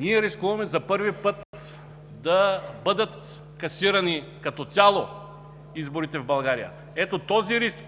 ние рискуваме за първи път да бъдат касирани като цяло изборите в България. Ето този риск